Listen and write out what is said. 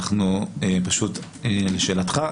לשאלתך,